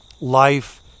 life